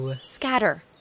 Scatter